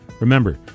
Remember